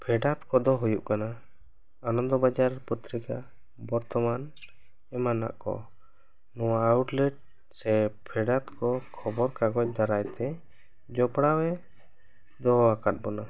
ᱯᱷᱮᱰᱟᱛ ᱠᱚ ᱫᱚ ᱦᱩᱭᱩᱜ ᱠᱟᱱᱟ ᱟᱱᱚᱱᱫᱚ ᱵᱟᱡᱟᱨ ᱯᱚᱛᱛᱨᱤᱠᱟ ᱵᱚᱨᱛᱢᱟᱱ ᱮᱢᱟᱱᱟᱜ ᱠᱚ ᱱᱚᱣᱟ ᱟᱣᱩᱴᱞᱮᱴ ᱥᱮ ᱯᱷᱮᱰᱟᱛ ᱠᱚ ᱠᱷᱚᱵᱚᱨ ᱠᱟᱜᱚᱡᱽ ᱫᱟᱨᱟᱭ ᱛᱮ ᱡᱚᱯᱲᱟᱣᱮ ᱫᱚᱦᱚ ᱟᱠᱟᱫ ᱵᱚᱱᱟ